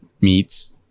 meats